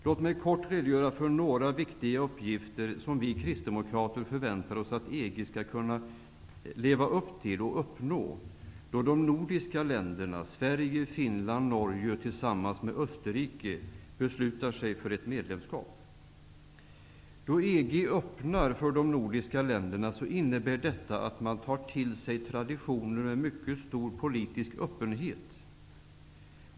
Låt mig kort få redogöra för några viktiga uppgifter som vi kristdemokrater förväntar oss att EG skall leva upp till och uppnå när de nordiska länderna När EG öppnas för de nordiska länderna innebär det att man tar till sig traditioner med mycket stor politisk öppenhet.